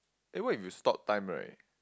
aye what if you stop time right